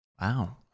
Wow